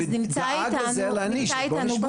ועד להעניש?